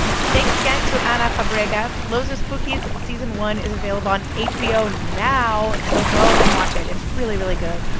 thanks again to ana fabrega. los espookys season one is available on hbo now, so go and watch it. it's really, really good.